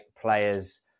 players